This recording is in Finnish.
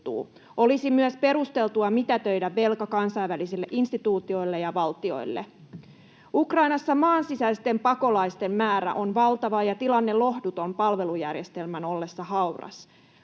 Olisi myös perusteltua mitätöidä velka kansainvälisille instituutioille ja valtioille. Ukrainassa maan sisäisten pakolaisten määrä on valtava ja tilanne lohduton palvelujärjestelmän ollessa hauras.